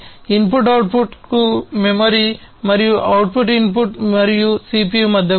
input అవుట్పుట్కు memory మరియు input output మరియు CPU మధ్య కూడా